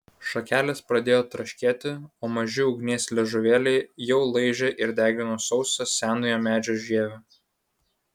šakelės pradėjo traškėti o maži ugnies liežuvėliai jau laižė ir degino sausą senojo medžio žievę